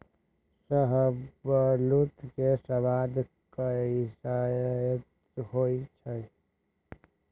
शाहबलूत के सवाद कसाइन्न होइ छइ